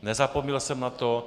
Nezapomněl jsem na to.